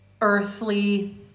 earthly